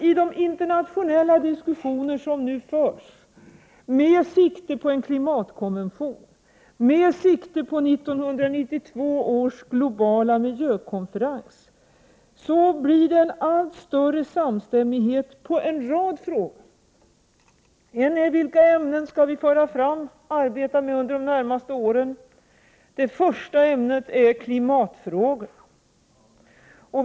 I de internationella diskussioner som nu förs med sikte på en klimatkonvention, och med sikte på 1992 års globala miljökonferens, blir det en allt större samstämmighet i en rad frågor. En är vilka ämnen vi skall föra fram och arbeta med under de närmaste åren. Det första ämnet är klimatfrågorna.